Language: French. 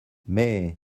mais